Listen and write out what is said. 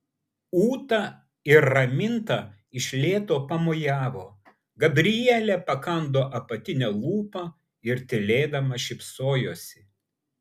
ūta ir raminta iš lėto pamojavo gabrielė pakando apatinę lūpą ir tylėdama šypsojosi